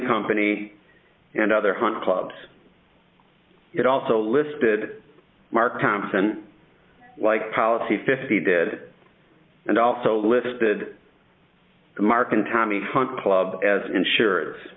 company and other hunt club it also listed mark thompson like policy fifty did and also listed mark and tommy hunt club as insure